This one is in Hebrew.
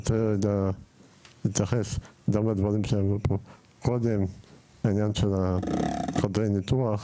אני רוצה להתייחס גם לדברים שעלו פה קודם לעניין של חדרי הניתוח,